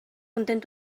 content